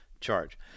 charge